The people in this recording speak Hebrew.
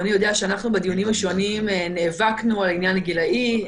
אדוני יודע שאנחנו בדיונים השונים נאבקנו על העניין הגילאי.